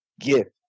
gift